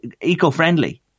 eco-friendly